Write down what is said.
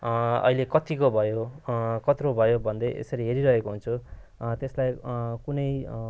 अहिले कत्तिको भयो कत्रो भयो भन्दै यसरी हेरिरहेको हुन्छु त्यसलाई कुनै